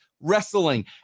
wrestling